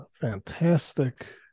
fantastic